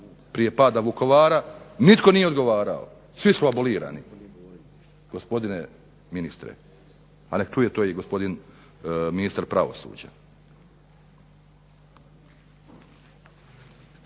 prije pada Vukovara, nitko nije odgovarao, svi su abolirani, gospodine ministre, a neka čuje to gospodin ministra pravosuđa.